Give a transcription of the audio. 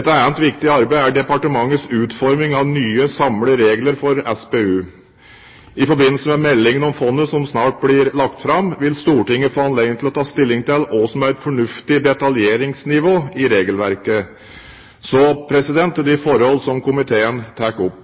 Et annet viktig arbeid er departementets utforming av nye samlede regler for SPU. I forbindelse med meldingen om fondet som snart blir lagt fram, vil Stortinget få anledning til å ta stilling til om hva som er et fornuftig detaljeringsnivå i regelverket. Så til de forhold som komiteen tar opp.